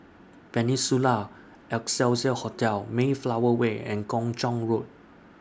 Peninsula Excelsior Hotel Mayflower Way and Kung Chong Road